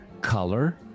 color